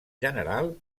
general